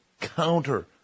counter